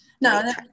no